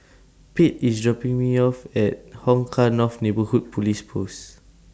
Pate IS dropping Me off At Hong Kah North Neighbourhood Police Post